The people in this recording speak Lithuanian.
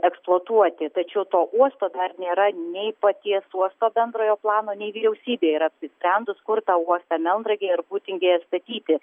eksploatuoti tačiau to uosto dar nėra nei paties uosto bendrojo plano nei vyriausybė yra apsisprendus kur tą uostą melnragėje ir būtingėje statyti